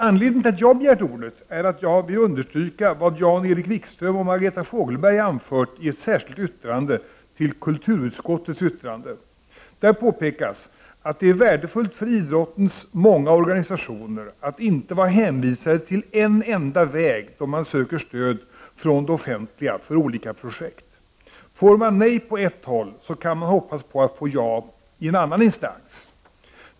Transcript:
Anledningen till att jag begärt ordet är att jag vill understryka vad Jan Erik Wikström och Margareta Fogelberg anfört i ett särskilt yttrande till kulturutskottets yttrande. Där påpekas att det är värdefullt för idrottens många organisationer att inte vara hänvisade till en enda väg då man söker stöd från det offentliga för olika projekt. Får man nej på ett håll, kan man hoppas på att få ja i en annan instans.